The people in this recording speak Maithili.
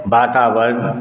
वातावरण